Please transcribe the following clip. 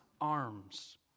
arms